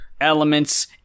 elements